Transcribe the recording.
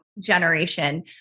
generation